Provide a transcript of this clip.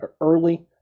early